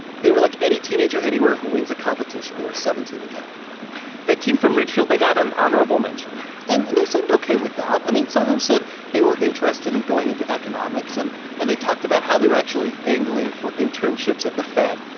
they were like any teenager anywhere who wins a competition. they were seventeen again the team from ridgefield they got an honorable mention and and they seemed ok with that. i mean, some of them said they were interested in going into economics. and and they talked about how they were actually angling for internships at the fed.